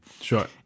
Sure